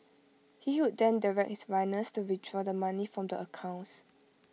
he would then direct his runners to withdraw the money from the accounts